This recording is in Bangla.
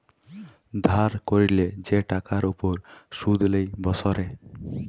ধার ক্যরলে যে টাকার উপর শুধ লেই বসরে